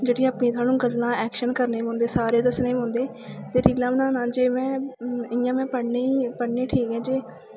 जेह्ड़ियां अपनियां थोहानू गल्लां ऐक्शन सारे करने पौंदे थोहानू दस्सने पौंदे रीलां बनाना जे में इ'यां में पढ़ने गी ठीक आं जे